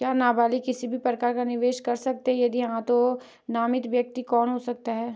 क्या नबालिग किसी भी प्रकार का निवेश कर सकते हैं यदि हाँ तो इसमें नामित व्यक्ति कौन हो सकता हैं?